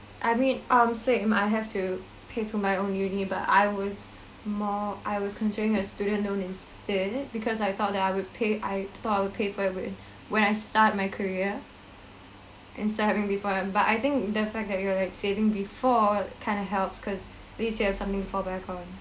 I mean um same I have to pay for my own uni but I was more I was considering a student loan instead because I thought that I would pay I thought I would pay for it when I start my career instead of having before but I think the fact that you will like saving before kind of helps cause at least you have something fall back on